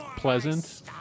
Pleasant